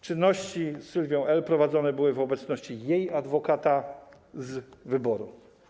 Czynności z Sylwią L. prowadzone były w obecności jej adwokata z wyboru.